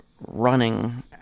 running